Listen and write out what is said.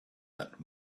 that